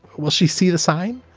will she see the sign?